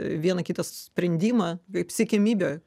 vieną kitą sprendimą kaip siekiamybė